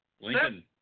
Lincoln